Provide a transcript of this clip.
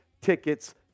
tickets